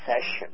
session